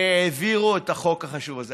והעבירו את החוק החשוב הזה.